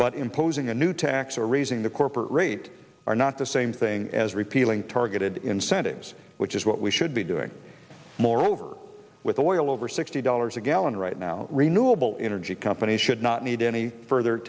but imposing a new tax or raising the corporate rate are not the same thing as repealing targeted incentives which is what we should be doing moreover with the oil over sixty dollars a gallon right now renewable energy companies should not need any further